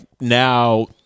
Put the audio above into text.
now